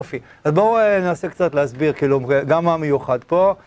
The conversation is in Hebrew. אז בואו ננסה קצת להסביר כאילו גם מה מיוחד פה,